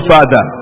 Father